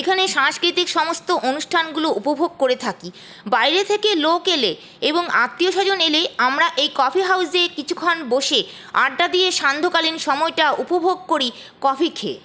এখানে সাংস্কৃতিক সমস্ত অনুষ্ঠানগুলো উপভোগ করে থাকি বাইরে থেকে লোক এলে এবং আত্মীয় স্বজন এলে আমরা এই কফি হাউসে কিছুক্ষণ বসে আড্ডা দিয়ে সান্ধ্যকালীন সময়টা উপভোগ করি কফি খেয়ে